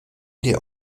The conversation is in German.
der